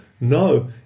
No